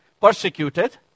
persecuted